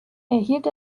erhielt